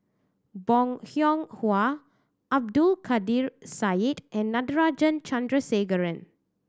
Bong Hiong Hwa Abdul Kadir Syed and Natarajan Chandrasekaran